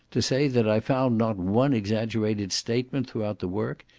to say that i found not one exaggerated statement throughout the work,